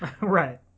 Right